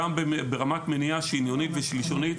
משרד הרווחה נותן מענה גם ברמת מניעה שניונית ושלישונית,